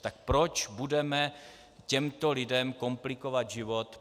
Tak proč budeme těmto lidem komplikovat život?